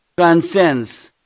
transcends